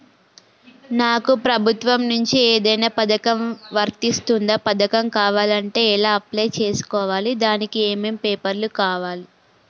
నాకు ప్రభుత్వం నుంచి ఏదైనా పథకం వర్తిస్తుందా? పథకం కావాలంటే ఎలా అప్లై చేసుకోవాలి? దానికి ఏమేం పేపర్లు కావాలి?